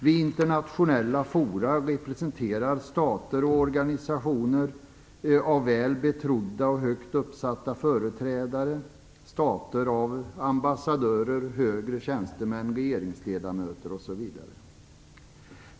Vid internationella fora representeras stater och organisationer av väl betrodda och högt uppsatta företrädare: ambassadörer, högre tjänstemän, regeringsledamöter osv.